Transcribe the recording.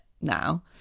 now